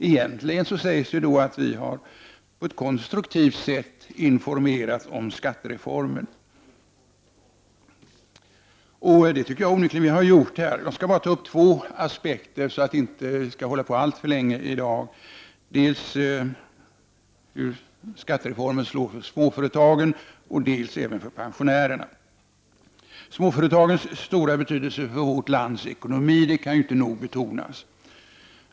Egentligen sägs det då att vi har på ett konstruktivt sätt informerat om skattereformen, och det tycker jag onekligen att vi har gjort. Jag skall ta upp två aspekter, så att vi inte skall hålla på alltför länge i dag, nämligen hur skattereformen slår dels för småföretagen, dels för pensionärerna. Småföretagens stora betydelse för vårt lands ekonomi kan inte nog betonas.